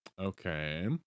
Okay